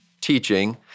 teaching